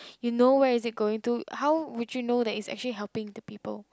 you know where is it going to how would you know that it's actually helping the people